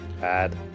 Bad